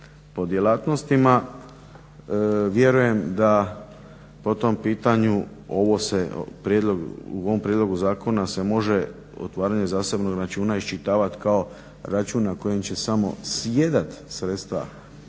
po djelatnostima. Vjerujem da po tom pitanju u ovo, prijedlogu zakona se može otvaranje zasebnog računa iščitavat kao račun na koji će samo sjedat sredstva